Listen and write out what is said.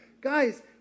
Guys